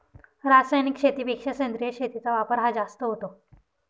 रासायनिक शेतीपेक्षा सेंद्रिय शेतीचा वापर हा जास्त होतो